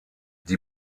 die